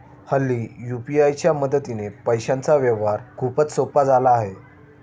हल्ली यू.पी.आय च्या मदतीने पैशांचा व्यवहार खूपच सोपा झाला आहे